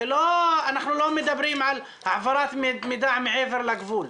אנחנו לא מדברים על העברת מידע מעבר לגבול,